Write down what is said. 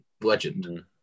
legend